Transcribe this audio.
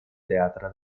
teatre